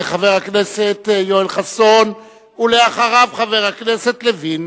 חבר הכנסת יואל חסון, ואחריו, חבר הכנסת לוין.